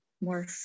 more